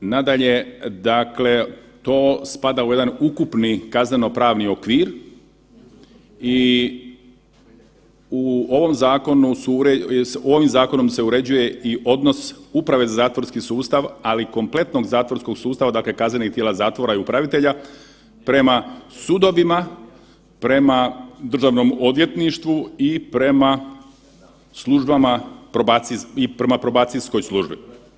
Nadalje, dakle to spada u jedan ukupni kazneno pravni okvir i u ovom zakonu su uređeni, ovim zakonom se uređuje i odnos uprave za zatvorski sustav, ali kompletnog zatvorskog sustava, dakle kaznenih tijela zatvora i upravitelja prema sudovima, prema Državnom odvjetništvu i prema službama i prema probacijskoj službi.